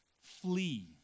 flee